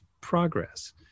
progress